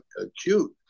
acute